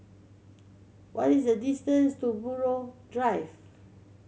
what is the distance to Buroh Drive